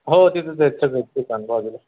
हो तिथंच आहेत सगळी दुकानं बाजूला